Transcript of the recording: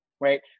right